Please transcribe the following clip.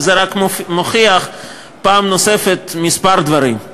זה רק מוכיח פעם נוספת כמה דברים.